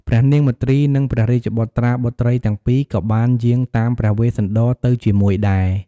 ព្រះនាងមទ្រី និងព្រះរាជបុត្រាបុត្រីទាំងពីរ ក៏បានយាងតាមព្រះវេស្សន្តរទៅជាមួយដែរ។